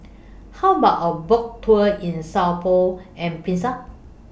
How about A Boat Tour in Sao Tome and Principe